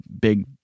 big